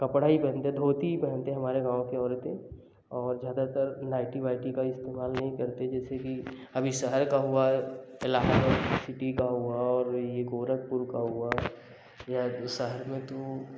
कपड़ा ही पहनते धोती ही पहनते हमारे गाँव के औरतें और ज़्यादातर नाइटी वाइटी का इस्तेमाल नहीं करते जैसे कि अभी शहर का हुआ इलाहाबाद सिटी का हुआ और ये गोरखपुर का हुआ या शहर में तो